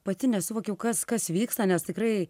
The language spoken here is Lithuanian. pati nesuvokiau kas kas vyksta nes tikrai